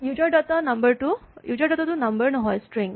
user data টো number নহয় string